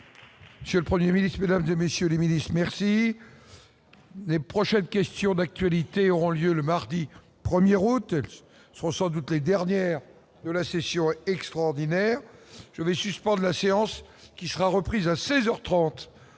Monsieur le 1er ministre de l'Inde, messieurs les milices, merci les prochaines questions d'actualité ont lieu le mardi 1er routes sont sans doute les dernières de la session extraordinaire je vais suspende la séance qui sera reprise assez